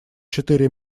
четыре